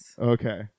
Okay